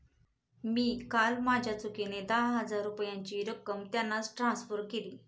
मी काल माझ्या चुकीने दहा हजार रुपयांची रक्कम त्यांना ट्रान्सफर केली